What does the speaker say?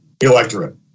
electorate